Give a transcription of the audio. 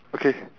okay